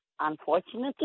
unfortunately